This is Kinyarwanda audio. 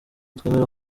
twemera